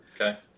Okay